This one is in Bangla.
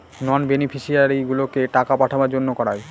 নন বেনিফিশিয়ারিগুলোকে টাকা পাঠাবার জন্য করায়